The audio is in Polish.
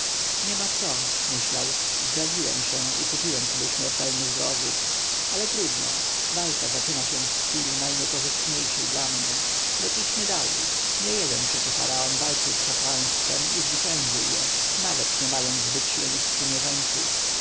niema co myślał zdradziłem się i kupiłem sobie śmiertelnych wrogów ale trudno walka zaczyna się w chwili najniekorzystniejszej dla mnie lecz idźmy dalej niejeden przecie faraon walczył z kapłaństwem i zwyciężył je nawet nie mając zbyt silnych sprzymierzeńców